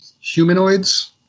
humanoids